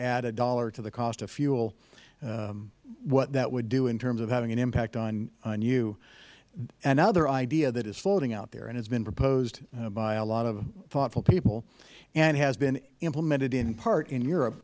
add a dollar to the cost of fuel what that would do in terms of having an impact on you another idea that is floating out there and it has been proposed by a lot of thoughtful people and has been implemented in part in europe